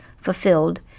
Fulfilled